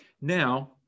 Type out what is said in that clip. Now